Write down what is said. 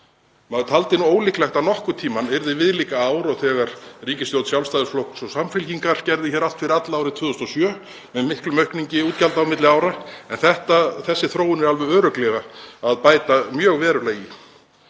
Maður taldi ólíklegt að nokkurn tímann yrði viðlíka ár og þegar ríkisstjórn Sjálfstæðisflokks og Samfylkingar gerði hér allt fyrir alla árið 2007 með mikilli aukningu útgjalda á milli ára en þessi þróun er alveg örugglega að bæta mjög verulega